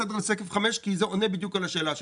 כי זה עונה על השאלה שלך.